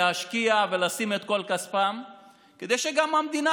להשקיע ולשים את כל כספם כדי שגם המדינה